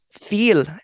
feel